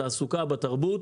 בתעסוקה ובתרבות